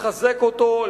לחזק אותו,